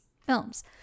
films